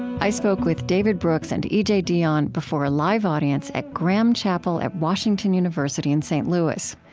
i spoke with david brooks and e j. dionne before a live audience at graham chapel at washington university in st. louis.